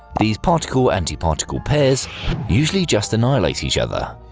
these particle-antiparticle pairs usually just annihilate each other.